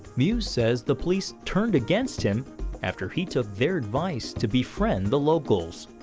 muse says the police turned against him after he took their advice to befriend the locals.